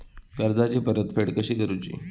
कर्जाची परतफेड कशी करुची?